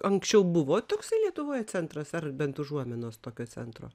anksčiau buvo tokais lietuvoje centras ar bent užuominos tokio centro